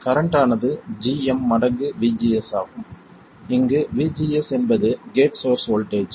current ஆனது gm மடங்கு VGS ஆகும் இங்கு VGS என்பது கேட் சோர்ஸ் வோல்ட்டேஜ்